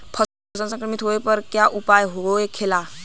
फसल संक्रमित होने पर क्या उपाय होखेला?